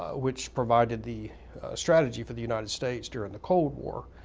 which provided the strategy for the united states during the cold war.